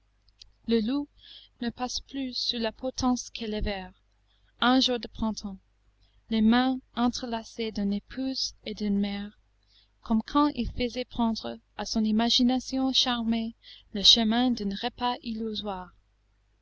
le loup ne passe plus sous la potence qu'élevèrent un jour de printemps les mains entrelacées d'une épouse et d'une mère comme quand il faisait prendre à son imagination charmée le chemin d'un repas illusoire